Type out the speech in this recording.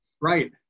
Right